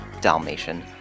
Dalmatian